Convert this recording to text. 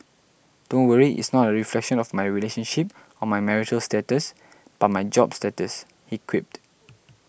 don't worry it's not a reflection of my relationship or marital status but my job status he quipped